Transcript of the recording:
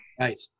Right